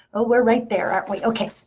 oh we're right there, aren't we. ok.